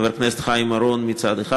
חבר הכנסת חיים אורון ממרצ מצד אחד,